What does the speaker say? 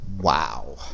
Wow